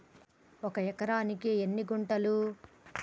ఒక ఎకరానికి ఎన్ని గుంటలు?